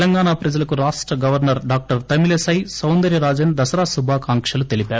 తెలంగాణ ప్రజలకు రాష్ట governor doctor Tamilisai Soundararajan Dasara శుభాకాంక్షలు తెలిపారు